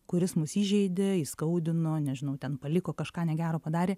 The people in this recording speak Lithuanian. kuris mus įžeidė įskaudino nežinau ten paliko kažką negero padarė